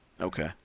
Okay